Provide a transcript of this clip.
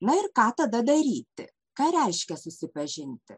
na ir ką tada daryti ką reiškia susipažinti